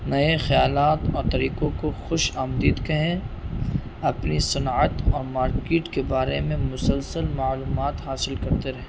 نئے خیالات اور طریقوں کو خوش آمدید کہیں اپنی صنعت اور مارکیٹ کے بارے میں مسلسل معلومات حاصل کرتے رہیں